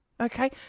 Okay